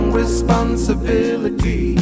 responsibility